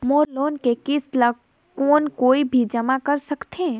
मोर loan के किस्त ल कौन कोई भी जमा कर सकथे?